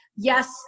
Yes